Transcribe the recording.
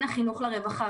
בין החינוך לרווחה,